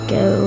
go